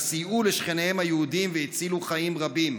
סייעו לשכניהם היהודים והצילו חיים רבים.